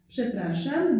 Przepraszam